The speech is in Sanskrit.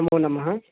नमो नमः